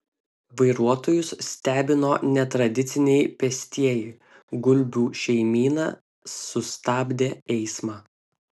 vairuotojus stebino netradiciniai pėstieji gulbių šeimyna sustabdė eismą